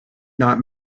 not